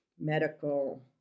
medical